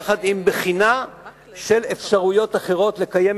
יחד עם בחינה של אפשרויות אחרות לקיים